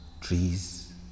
trees